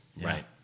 right